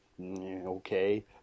okay